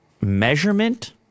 measurement